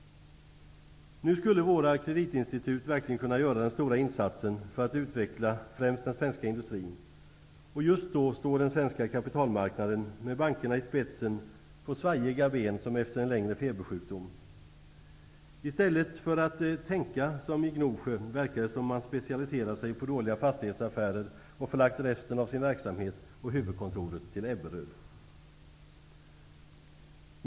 Nu skulle våra kreditinstitut verkligen kunna göra den stora insatsen för att utveckla främst den svenska industrin. Och just då står den svenska kapitalmarknaden med bankerna i spetsen på svajiga ben som efter en längre febersjukdom. I stället för att tänka som de gör i Gnosjö verkar det som om man har specialiserat sig på dåliga fastighetsaffärer och förlagt resten av sin verksamhet och huvudkontoret till Ebberöd.